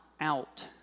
out